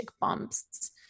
bumps